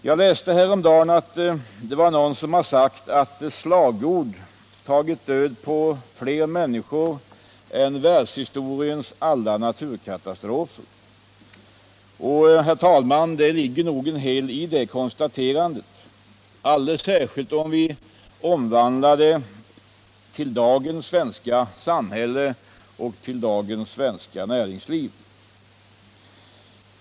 Jag läste häromdagen att någon sagt att slagord tagit död på fler människor än världshistoriens alla naturkatastrofer. Herr talman! Det ligger nog något i detta konstaterande, alldeles speciellt om vi omvandlar problematiken till dagens samhälle och till dagens svenska näringsliv.